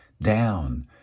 down